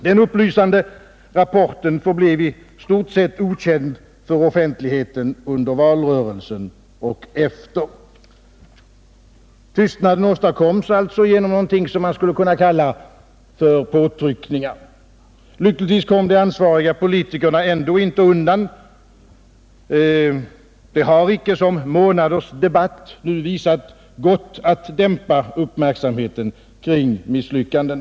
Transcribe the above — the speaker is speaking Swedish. Den upplysande rapporten förblev i stort sett okänd för offentligheten under valrörelsen och efter denna. Tystnaden åstadkoms alltså genom någonting som man skulle kunna kalla påtryckningar. Lyckligtvis kom de ansvariga politikerna ändå inte undan. Det har inte, som månaders debatt nu visat, gått att dämpa uppmärksamheten kring misslyckandet.